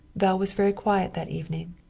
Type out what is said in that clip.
belle was very quiet that evening.